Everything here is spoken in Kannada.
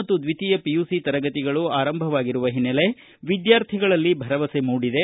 ಮತ್ತು ದ್ವಿತೀಯ ಪಿಯುಸಿ ತರಗತಿಗಳು ಆರಂಭವಾಗಿರುವ ಹಿನ್ನೆಲೆ ವಿದ್ವಾರ್ಥಿಗಳಲ್ಲಿ ಭರವಸೆ ಮೂಡಿದೆ